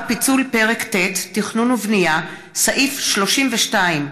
פיצול פרק ט' (תכנון ובנייה) סעיף 32(3)